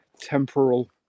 temporal